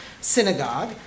synagogue